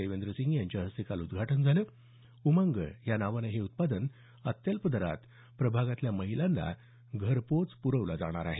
देवेंद्र सिंग यांच्या हस्ते काल उद्घाटन झालं उमंग या नावानं हे उत्पादन अत्यल्प दरात प्रभागातल्या महिलांना घरपोच प्रवलं जाणार आहे